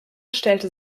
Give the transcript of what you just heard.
stellte